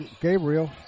Gabriel